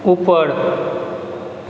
ऊपर